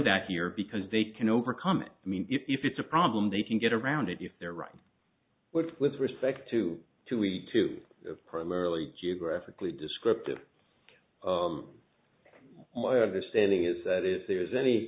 that here because they can overcome it i mean if it's a problem they can get around it if they're right what with respect to too weak to primarily geographically descriptive my understanding is that if there is any